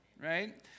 right